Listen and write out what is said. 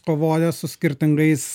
kovoja su skirtingais